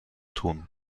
tun